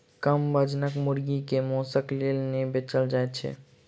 कम वजनक मुर्गी के मौंसक लेल नै बेचल जाइत छै